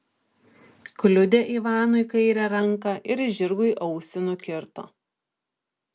kliudė ivanui kairę ranką ir žirgui ausį nukirto